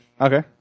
Okay